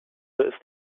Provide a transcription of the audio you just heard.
ist